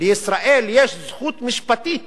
לישראל יש זכות משפטית